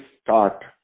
start